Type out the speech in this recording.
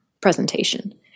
presentation